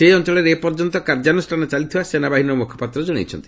ସେହି ଅଞ୍ଚଳରେ ଏ ପର୍ଯ୍ୟନ୍ତ କାର୍ଯ୍ୟାନୁଷ୍ଠାନ ଚାଲିଥିବା ସେନାବାହିନୀର ମୁଖପାତ୍ର ଜଣାଇଛନ୍ତି